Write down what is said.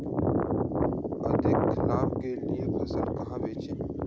अधिक लाभ के लिए फसल कहाँ बेचें?